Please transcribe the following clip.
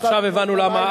עכשיו הבנו למה,